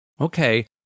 okay